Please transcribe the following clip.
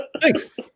Thanks